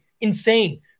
insane